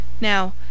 Now